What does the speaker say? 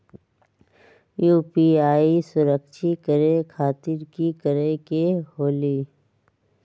UPI सुरक्षित करे खातिर कि करे के होलि?